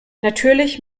natürlich